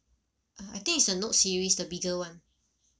uh I think is a note series the bigger [one]